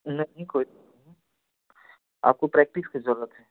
नहीं कोई आपको प्रक्टिस की ज़रूरत है